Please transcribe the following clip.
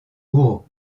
bourreaux